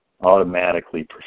automatically